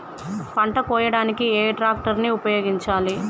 పంట కోయడానికి ఏ ట్రాక్టర్ ని ఉపయోగించాలి?